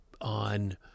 on